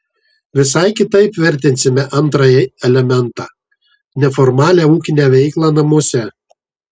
visai kitaip vertinsime antrąjį elementą neformalią ūkinę veiklą namuose